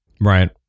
Right